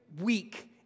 week